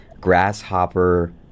grasshopper